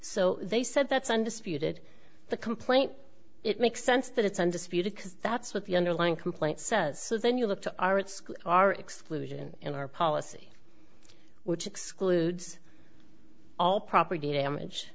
so they said that's undisputed the complaint it makes sense that it's undisputed because that's what the underlying complaint says so then you look to our it's our exclusion and our policy which excludes all property damage